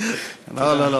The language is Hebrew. תודה.